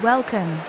Welcome